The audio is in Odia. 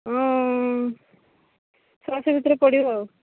ଅ ଛଅଶହ ଭିତରେ ପଡ଼ିବ ଆଉ